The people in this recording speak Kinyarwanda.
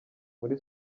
muri